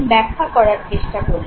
ব্যাখ্যা করার চেষ্টা করলাম